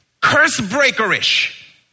curse-breaker-ish